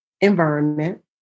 environment